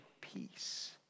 peace